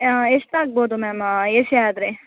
ಹಾಂ ಎಸ್ಟು ಆಗ್ಬೋದು ಮ್ಯಾಮ್ ಎ ಸಿ ಆದರೆ